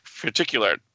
particular